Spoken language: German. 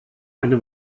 eine